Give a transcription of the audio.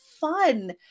fun